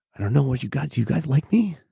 i don't know what you guys, you guys like me?